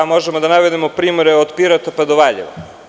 Možemo da navedemo primere od Pirota do Valjeva.